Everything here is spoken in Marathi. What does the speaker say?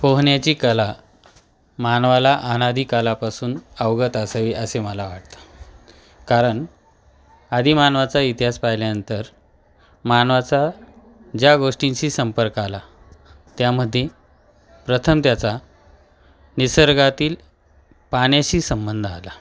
पोहण्याची कला मानवाला अनादी कालापासून अवगत असावी असे मला वाटतं कारण आधी मानवाचा इतिहास पाहिल्यानंतर मानवाचा ज्या गोष्टींशी संपर्क आला त्यामध्ये प्रथम त्याचा निसर्गातील पाण्याशी संबंध आला